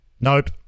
Nope